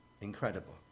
incredible